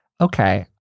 okay